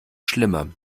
schlimmer